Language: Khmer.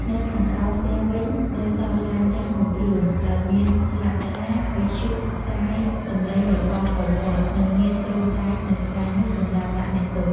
នៅខាងក្រោមផ្ទះវិញ នៅសល់ឡានចាស់មួយគ្រឿង ដោយមានផ្លាកថា វិទ្យុផ្សាយសំលេងរបស់ ប៉ុល ពត និងមានទ្រុងដែកនៅក្បែរនោះសម្រាប់ដាក់អ្នកទោស។